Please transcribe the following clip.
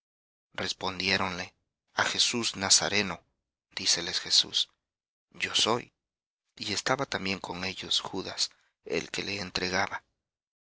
respondiéronle a jesús nazareno díceles jesús yo soy y estaba también con ellos judas el que le entregaba